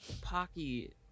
Pocky